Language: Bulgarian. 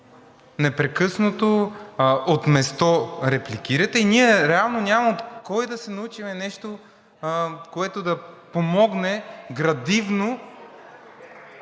непрекъснато от място репликирате и ние реално няма от кой да се научим на нещо, което да помогне градивно